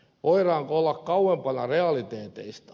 voidaanko olla kauempana realiteeteista